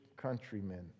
Countrymen